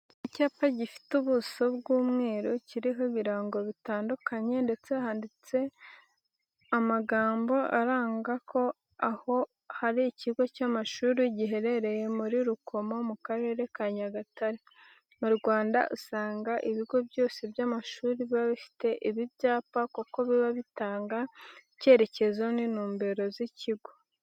Ni icyapa gifite ubuso bw'umweru, kiriho ibirango bitandukanye ndetse handitseho n'amagambo aranga ko aho hari ikigo cy'amashuri giherereye muri Rukomo mu Karere ka Nyagatare. Mu Rwanda usanga ibigo byose by'amashuri biba bifite ibi byapa kuko biba bitanga icyerekezo n'intumbero z'ikigo.